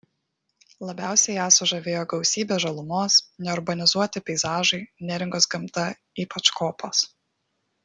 labiausiai ją sužavėjo gausybė žalumos neurbanizuoti peizažai neringos gamta ypač kopos